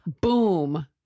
Boom